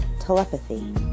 telepathy